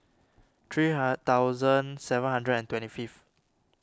three ha thousand seven hundred and twenty fifth